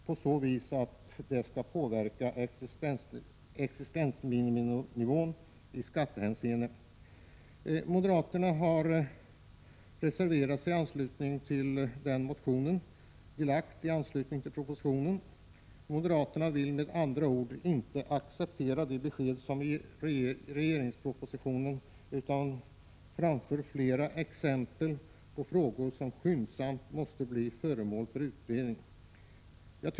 På så vis påverkas existensminiminivån i skattehänseende. Moderaterna har reserverat sig i anslutning till den motion de har väckt med anledning av propositionen. Moderaterna vill med andra ord inte acceptera de besked som ges i regeringspropositionen utan framför flera exempel på frågor som skyndsamt måste bli föremål för utredning.